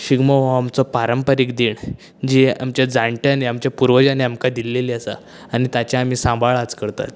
शिगमो हो आमचो पारंपारीक देण जी आमच्या जाणट्यांनी आमच्या पुर्वजांनी आमकां दिल्लेली आसा आनी ताचें आमी सांबाळ आज करतात